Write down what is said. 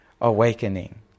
awakening